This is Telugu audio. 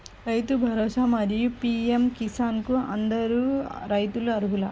రైతు భరోసా, మరియు పీ.ఎం కిసాన్ కు అందరు రైతులు అర్హులా?